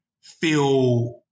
feel